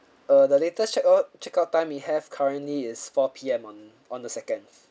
err the latest check out check out time we have currently is four P_M on on the second is